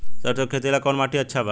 सरसों के खेती ला कवन माटी अच्छा बा?